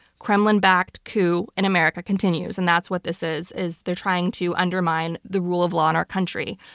kremlin-backed coup in america continues. and that's what this is, is they are trying to undermine the rule of law in our country.